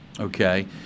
Okay